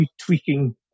tweaking